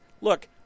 look